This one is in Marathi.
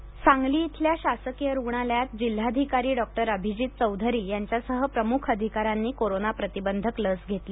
सांगली लसीकरण सांगली इथल्या शासकीय रुग्णालयात जिल्हाधिकारी डॉक्टर अभिजीत चौधरी यांच्यासह प्रमुख अधिकाऱ्यांनी कोरोना प्रतिबंधक लस घेतली